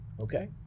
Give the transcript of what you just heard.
Okay